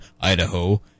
Idaho